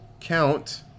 count